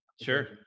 Sure